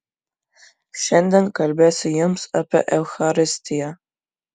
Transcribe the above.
šiandien kalbėsiu jums apie eucharistiją